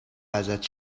ازت